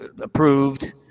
approved